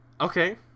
Okay